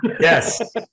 Yes